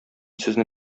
сезне